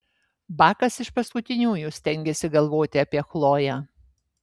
bakas iš paskutiniųjų stengėsi galvoti apie chloję